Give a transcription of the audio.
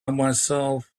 myself